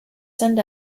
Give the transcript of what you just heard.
send